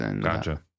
Gotcha